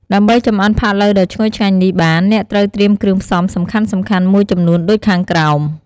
ដើម្បីចម្អិនផាក់ឡូវដ៏ឈ្ងុយឆ្ងាញ់នេះបាន អ្នកត្រូវត្រៀមគ្រឿងផ្សំសំខាន់ៗមួយចំនួនដូចខាងក្រោម។